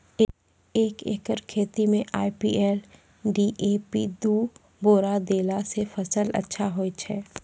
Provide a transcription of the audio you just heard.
एक एकरऽ खेती मे आई.पी.एल डी.ए.पी दु बोरा देला से फ़सल अच्छा होय छै?